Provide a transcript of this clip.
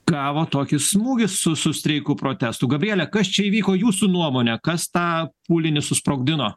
gavo tokį smūgį su su streiku protestu gabriele kas čia įvyko jūsų nuomone kas tą pūlinį susprogdino